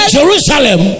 Jerusalem